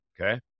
Okay